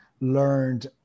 learned